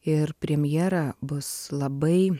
ir premjera bus labai